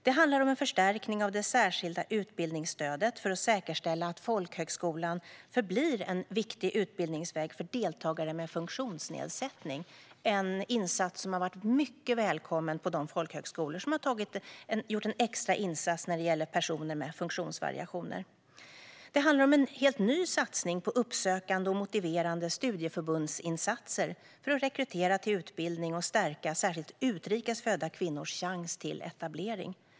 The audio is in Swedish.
Det handlar om en förstärkning av det särskilda utbildningsstödet för att säkerställa att folkhögskolan förblir en viktig utbildningsväg för deltagare med funktionsnedsättning. Det är en insats som har varit mycket välkommen på de folkhögskolor som har gjort en extra insats när det gäller personer med funktionsvariationer. Det handlar om en helt en ny satsning på uppsökande och motiverande studieförbundsinsatser för att rekrytera till utbildning och stärka särskilt utrikes födda kvinnors chans till etablering.